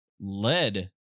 led